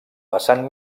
vessant